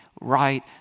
right